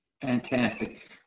Fantastic